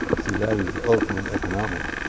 see that is ultimate economics.